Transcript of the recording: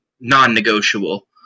non-negotiable